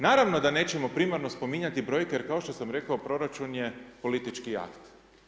Naravno da nećemo primarno spominjati brojke jer kao što sam rekao proračun je politički akt.